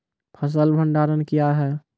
फसल भंडारण क्या हैं?